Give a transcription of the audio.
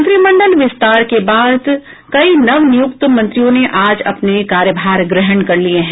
मंत्रिमंडल विस्तार के बाद कई नवनियुक्त मंत्रियों ने आज अपने कार्यभार ग्रहण कर लिये हैं